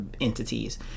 entities